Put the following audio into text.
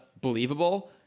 believable